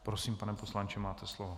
Prosím, pane poslanče, máte slovo.